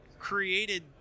created